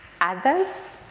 others